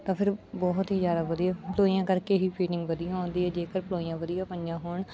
ਤਾਂ ਫਿਰ ਬਹੁਤ ਹੀ ਜ਼ਿਆਦਾ ਵਧੀਆ ਪਲੋਈਆਂ ਕਰਕੇ ਹੀ ਫੀਟਿੰਗ ਵਧੀਆ ਆਉਂਦੀ ਹੈ ਜੇਕਰ ਪਲੋਈਆਂ ਵਧੀਆ ਪਾਈਆਂ ਹੋਣ